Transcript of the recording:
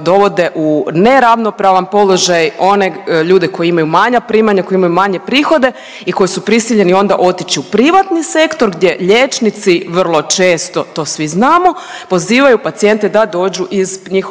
dovode u neravnopravan položaj one ljude koji imaju manja primanja, koji imaju manje prihode i koji su prisiljeni onda otići u privatni sektor gdje liječnici vrlo često, to svi znamo, pozivaju pacijente da dođu iz njihove javne